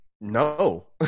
no